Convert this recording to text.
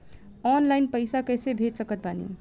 Online पैसा कैसे भेज सकत बानी?